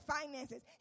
finances